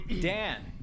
Dan